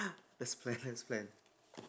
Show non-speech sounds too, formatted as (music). (noise) let's plan let's plan